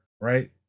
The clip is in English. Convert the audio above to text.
right